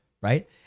right